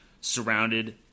surrounded